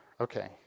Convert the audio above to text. Okay